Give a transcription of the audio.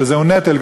שזה נטל.